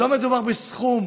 ולא מדובר בסכום